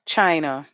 China